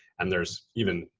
and there's even,